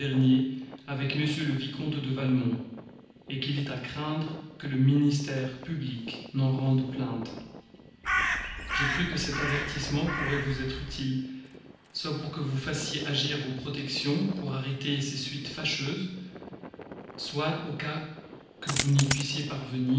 avec m le vicomte de valmont qu'il est à craindre que le ministère public n'en rende plainte j'ai cru que cet avertissement pourrait vous être utile soit pour que vous fassiez agir vos protections pour arrêter ces suites fâcheuses soit au cas que vous n'y puissiez parvenir